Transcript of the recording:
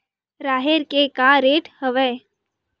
राहेर के का रेट हवय?